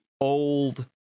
old